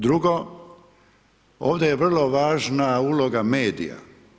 Drugo, ovdje je vrlo važna uloga medija.